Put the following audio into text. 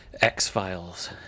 X-Files